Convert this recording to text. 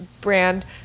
brand